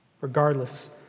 regardless